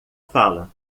fala